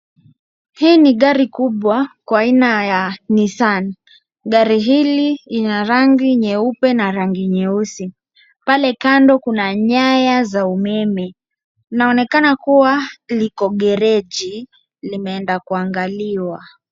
Hii ni gari kubwa kwa aina ya nissan. Gari ili ina rangi yeupe na rangi nyeusi. pale kando kuna nyaya za umeme. Inaonekana kuwa liko garage limeenda kuangaliwa.